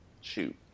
shoot